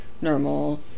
normal